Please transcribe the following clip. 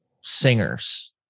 singers